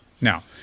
Now